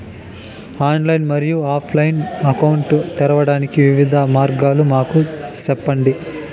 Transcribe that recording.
Online మరియు offline account తెరవడానికి వివిధ మార్గాలు మాకు సెప్పండి?